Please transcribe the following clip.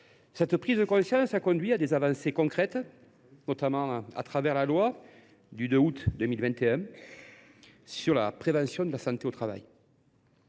Cette prise de conscience a conduit à des avancées concrètes, notamment à la loi du 2 août 2021 pour renforcer la prévention en santé au travail.